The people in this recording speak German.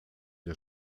der